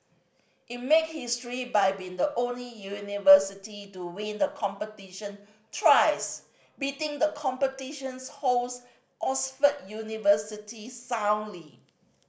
it made history by being the only university to win the competition thrice beating the competition's host Oxford University soundly